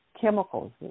chemicals